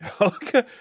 Okay